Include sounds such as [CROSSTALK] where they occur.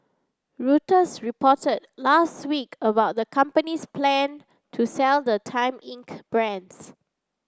[UNINTELLIGIBLE] reported last week about the company's plan to sell the Time Inc brands